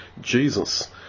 Jesus